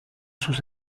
sus